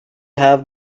have